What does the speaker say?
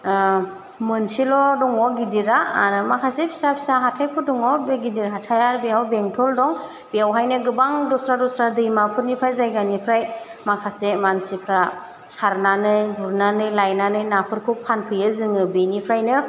मोनसेल' दङ गिदिरा आरो माखासे फिसा फिसा हाथाइफोर दङ बे गिदिर हाथाइआ बेयाव बेंटल दं बेवहायनो गोबां दस्रा दस्रा दैमाफोरनिफ्राय जायगानिफ्राय माखासे मानसिफ्रा सारनानै गुरनानै लायनानै नाफोरखौ फानफैयो जोङो बिनिफ्रायनो